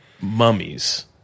mummies